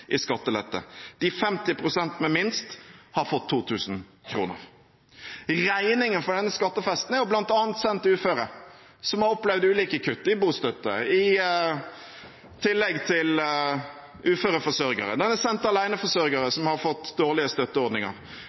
i skattelette. De femti prosentene med minst har fått 2 000 kr. Regningen for denne skattefesten er bl.a. sendt til uføre, som har opplevd ulike kutt, kutt i bostøtte og kutt til uføre forsørgere. Den er sendt til aleneforsørgere som har fått dårligere støtteordninger,